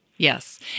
Yes